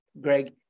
Greg